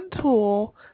tool